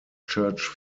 church